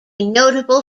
notable